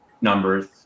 numbers